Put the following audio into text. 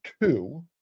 two